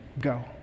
go